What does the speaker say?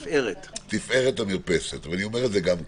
תפארת המרפסת, ואני אומר את זה גם כאן.